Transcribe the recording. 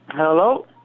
Hello